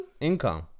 Income